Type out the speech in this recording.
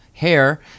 Hair